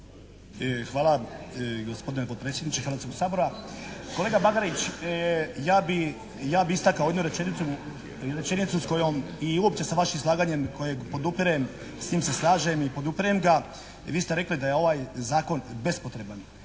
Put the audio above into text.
Hvala gospodine potpredsjedniče Hrvatskoga sabora. Kolega Bagarić! Ja bi istakao jednu rečenicu s kojom i uopće s vašim izlaganjem kojeg podupirem s tim se slažem i podupirem ga. Vi ste rekli da je ovaj zakon bespotreban.